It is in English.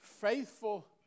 faithful